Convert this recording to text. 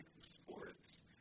sports